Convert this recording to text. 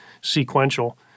sequential